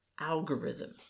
algorithm